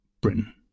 Britain